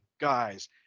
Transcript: guys